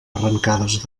arrancades